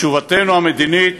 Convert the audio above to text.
תשובתנו המדינית: